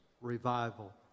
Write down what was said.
revival